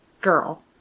girl